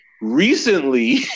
Recently